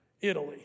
Italy